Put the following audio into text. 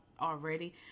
already